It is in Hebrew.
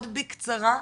מאוד בקצרה,